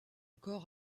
corps